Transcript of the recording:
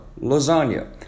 lasagna